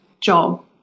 job